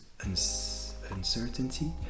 uncertainty